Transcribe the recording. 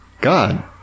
God